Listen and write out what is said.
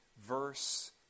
verse